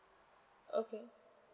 okay